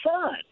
son